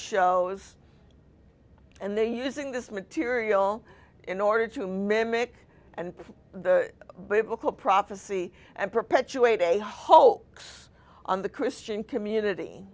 shows and they using this material in order to mimic and the biblical prophecy and perpetuate a hoax on the christian community